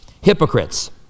hypocrites